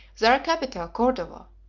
their capital, cordova,